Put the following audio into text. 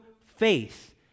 faith